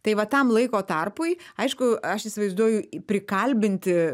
tai va tam laiko tarpui aišku aš įsivaizduoju prikalbinti